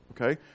okay